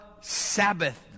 Sabbath